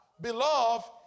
Beloved